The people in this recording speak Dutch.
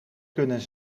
kunnen